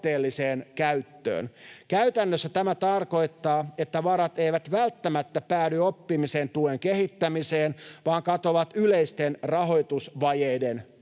Käytännössä tämä tarkoittaa, että varat eivät välttämättä päädy oppimisen tuen kehittämiseen vaan katoavat yleisten rahoitusvajeiden